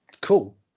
Cool